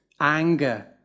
Anger